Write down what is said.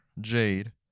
jade